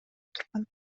турган